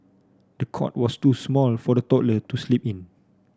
the cot was too small for the toddler to sleep in